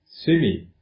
swimming